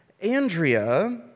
Andrea